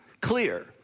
clear